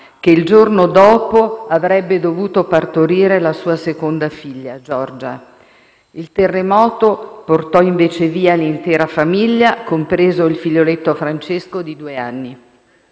che il giorno dopo avrebbe dovuto partorire la sua seconda figlia, Giorgia. Il terremoto portò, invece, via l'intera famiglia, compreso il figlioletto Francesco di due anni.